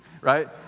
Right